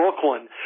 Brooklyn